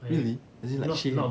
really as in like shave